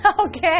Okay